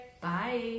Bye